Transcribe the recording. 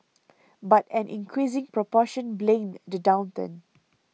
but an increasing proportion blamed the downturn